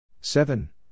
seven